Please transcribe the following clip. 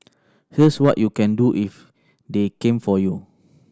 here's what you can do if they came for you